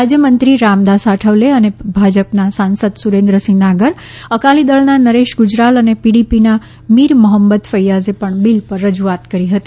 રાજ્ય મંત્રી રામદાસ આઠવલે અને ભાજપના સાંસદ સુરેન્દ્રસિંહ નાગર અકાલી દળના નરેશ ગુજરાલ અને પીડીપીના મીર મોહમ્મદ ફૈયાઝે પણ બિલ પર રજૂઆત કરી હતી